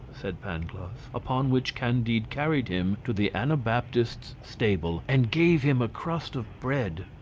said pangloss. upon which candide carried him to the anabaptist's stable, and gave him a crust of bread.